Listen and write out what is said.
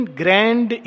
grand